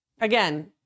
Again